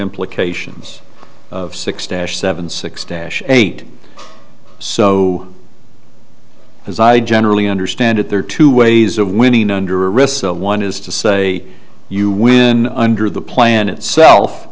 implications of six dash seven six dash eight so as i generally understand it there are two ways of winning under risk one is to say you win under the plan itself